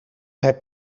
heb